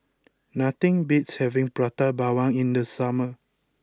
nothing beats having Prata Bawang in the summer